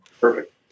Perfect